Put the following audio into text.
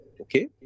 okay